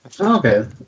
Okay